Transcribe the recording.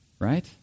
Right